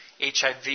HIV